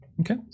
Okay